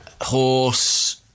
Horse